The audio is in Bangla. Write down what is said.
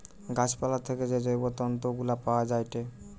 গাছ পালা থেকে যে জৈব তন্তু গুলা পায়া যায়েটে